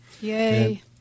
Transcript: Yay